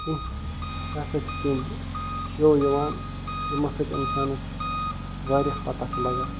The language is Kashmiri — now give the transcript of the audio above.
کیٚنہہ تتھ پٮ۪ٹھ چھِ کیٚنہہ شو یِوان یِمن سۭتۍ اِنسانس وارِیاہ پتاہ چھِ لگان